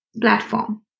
platform